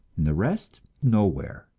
and the rest nowhere.